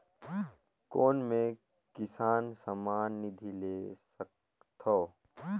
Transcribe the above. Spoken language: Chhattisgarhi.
कौन मै किसान सम्मान निधि ले सकथौं?